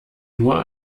nur